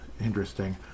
interesting